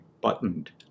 buttoned